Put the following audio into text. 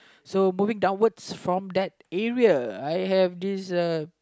so moving downwards from that area I have this uh